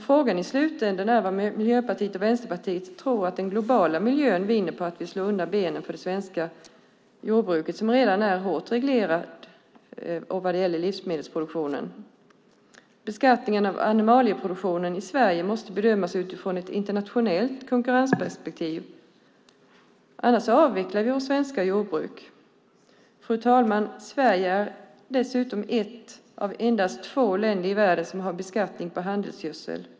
Frågan i slutändan är vad Miljöpartiet och Vänsterpartiet tror att den globala miljön vinner på att vi slår undan benen för det svenska jordbruket som redan är hårt reglerat när det gäller livsmedelsproduktion. Beskattning av animalieproduktionen i Sverige måste bedömas utifrån ett internationellt konkurrensperspektiv. Annars avvecklar vi vårt svenska jordbruk. Fru talman! Sverige är dessutom det ena av endast två länder i världen som har en beskattning på handelsgödsel.